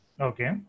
Okay